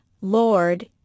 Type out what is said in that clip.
lord